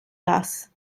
das